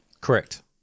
Correct